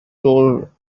door